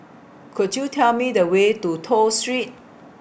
Could YOU Tell Me The Way to Toh Street